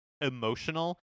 emotional